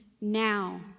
now